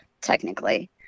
technically